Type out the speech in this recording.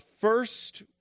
first